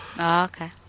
Okay